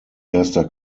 erster